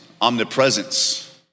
omnipresence